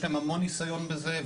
יש להם המון ניסיון בזה.